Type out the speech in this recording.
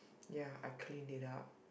ya I clean it up